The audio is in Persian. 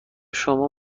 شما